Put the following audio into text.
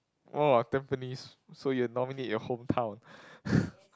!wah! Tampines so you nominate your hometown